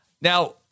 Now